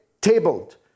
tabled